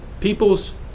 People's